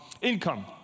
income